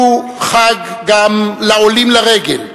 הוא גם חג לעולים לרגל,